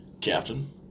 Captain